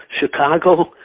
Chicago